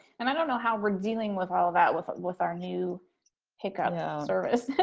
and i don't know how we're dealing with all that with with our new pickup service.